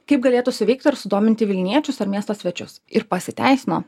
kaip galėtų suveikti ir sudominti vilniečius ar miesto svečius ir pasiteisino